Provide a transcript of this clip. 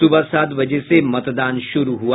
सुबह सात बजे से मतदान शुरू हुआ